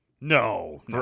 No